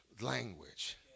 language